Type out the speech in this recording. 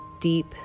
deep